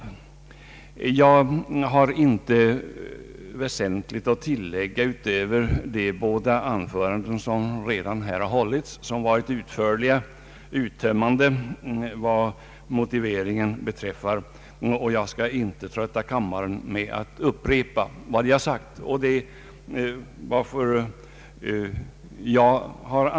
Jag har inte något väsentligt att tilllägga utöver vad som sagts i de båda anföranden som redan hållits här och som varit utförliga och uttömmande vad motiveringen beträffar. Jag skall inte trötta kammaren med att upprepa vad som redan sagts.